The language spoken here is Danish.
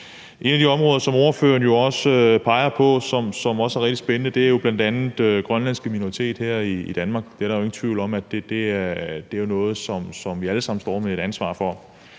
Et af de områder, som ordføreren peger på, og som også er rigtig spændende, er jo bl.a. den grønlandske minoritet her i Danmark, og der er jo ikke nogen tvivl om, at det er noget, som vi alle sammen står med et ansvar for,